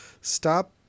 stop